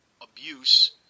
Abuse